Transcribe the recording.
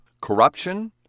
corruption